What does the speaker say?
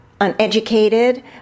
uneducated